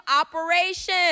operation